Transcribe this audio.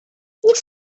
nic